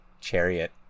chariot